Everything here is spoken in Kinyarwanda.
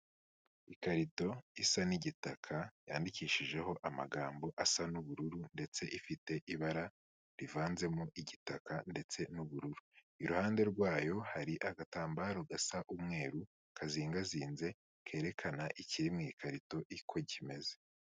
Ikarito isa n'igitaka, yandikishijeho amagambo asa n'ubururu ndetse ifite ibara rivanzemo igitaka ndetse n'ubururu, iruhande rwayo hari agatambaro gasa umweru, kazingazinze kerekana ikiri mu ikarito uko kimeze.